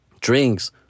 drinks